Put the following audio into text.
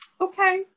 okay